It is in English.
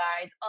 guys